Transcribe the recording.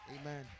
Amen